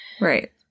Right